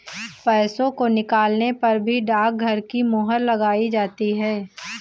पैसों को निकालने पर भी डाकघर की मोहर लगाई जाती है